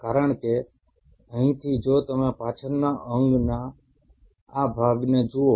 કારણ કે અહીંથી જો તમે પાછળના અંગના આ ભાગને જુઓ